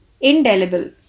Indelible